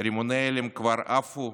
רימוני הלם כבר עפו,